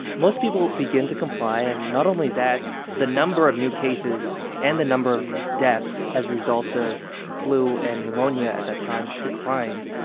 most people begin to comply, and not only that the number of new cases and the number of deaths as a result of flu and pneumonia at that time declined,